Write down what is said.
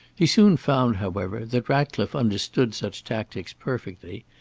he soon found, however, that ratcliffe understood such tactics perfectly,